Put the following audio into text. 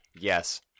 yes